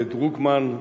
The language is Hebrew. דרוקמן,